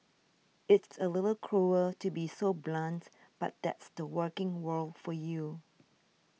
it's a little cruel to be so blunt but that's the working world for you